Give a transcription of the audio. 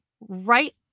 right